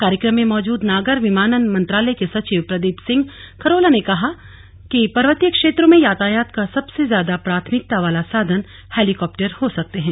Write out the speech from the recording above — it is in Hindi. कार्यक्रम में मौजूद नागर विमानन मंत्रालय के सचिव प्रदीप सिंह खरोला ने कहा पर्वतीय क्षेत्रों में यातायात का सबसे ज्यादा प्राथमिकता वाला साधन हेलीकाप्टर हो सकते हैं